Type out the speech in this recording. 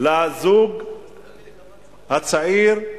לזוג הצעיר,